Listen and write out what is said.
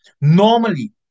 Normally